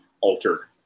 altered